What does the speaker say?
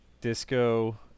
Disco